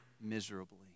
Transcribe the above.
miserably